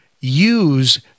use